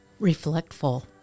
Reflectful